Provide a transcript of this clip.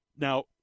Now